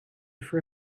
for